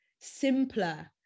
simpler